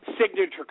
Signature